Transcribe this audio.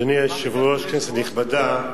אדוני היושב-ראש, כנסת נכבדה,